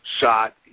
Shot